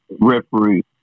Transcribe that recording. referee